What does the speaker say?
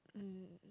mm